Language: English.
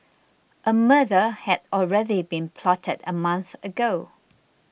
a murder had already been plotted a month ago